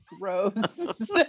Gross